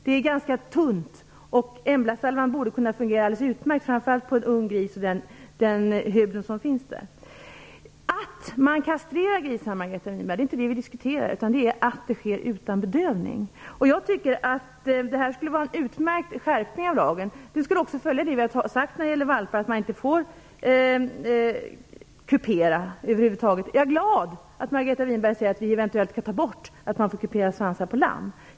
Det är ganska tunt, och Embla-salvan borde kunna fungera alldeles utmärkt, framför allt på en ung gris. Att man kastrerar grisar är inte det vi diskuterar, Margareta Winberg, utan att det sker utan bedövning. Jag tycker att det skulle vara en utmärkt skärpning av lagen. Det skulle också följa det vi sagt när det gäller valpar, att man inte får kupera över huvud taget. Jag är glad att Margareta Winberg säger att vi eventuellt skall ta bort att man får kupera svansar på lamm.